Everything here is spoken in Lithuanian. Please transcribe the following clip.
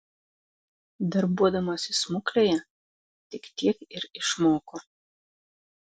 darbuodamasi smuklėje tik tiek ir išmoko